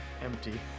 empty